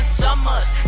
summers